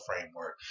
framework